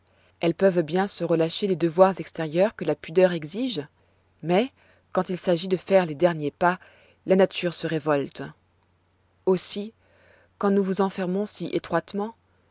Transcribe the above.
elles peuvent bien se relâcher des devoirs extérieurs que la pudeur exige mais quand il s'agit de faire les derniers pas la nature se révolte aussi quand nous vous enfermons si étroitement